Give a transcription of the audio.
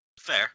Fair